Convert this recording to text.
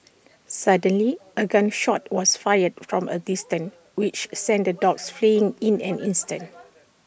suddenly A gun shot was fired from A distance which sent the dogs fleeing in an instant